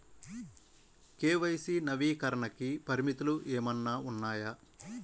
KYC నవీకరణకి పరిమితులు ఏమన్నా ఉన్నాయా?